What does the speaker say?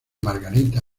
margarita